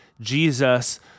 Jesus